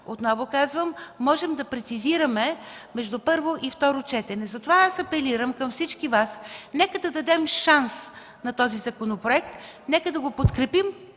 отново казвам: можем да прецизираме между първо и второ четене. Затова апелирам към всички Вас да дадем шанс на този законопроект. Да го подкрепим